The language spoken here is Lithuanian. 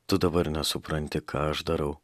tu dabar nesupranti ką aš darau